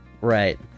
right